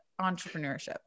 Entrepreneurship